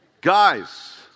Guys